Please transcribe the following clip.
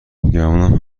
گمونم